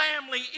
family